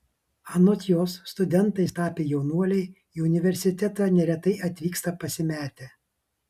anot jos studentais tapę jaunuoliai į universitetą neretai atvyksta pasimetę